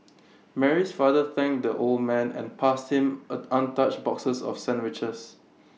Mary's father thanked the old man and passed him an untouched boxes of sandwiches